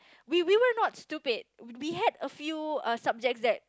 we we were not stupid we had a few uh subjects that